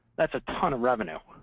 that's a ton of revenue.